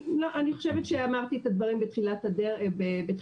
לא, אני חושבת שאמרתי את הדברים בתחילת הדיון.